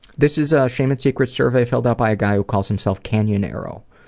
this is ah shame and secrets survey filled out by a guy who calls himself canyonero.